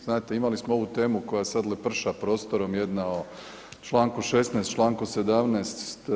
Znate imali smo ovu temu koja sad leprša prostorom jedna o Članku 16., Članku 17.